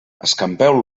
escampeu